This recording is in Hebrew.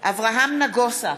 אברהם נגוסה,